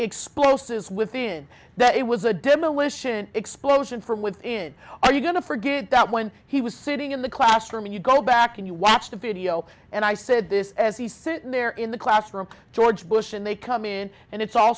explosives within that it was a demolition explosion from within are you going to forget that when he was sitting in the classroom and you go back and you watch the video and i said this as he's sitting there in the classroom george bush and they come in and it's all